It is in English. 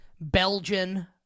Belgian